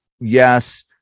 yes